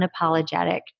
unapologetic